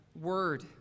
word